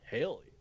Haley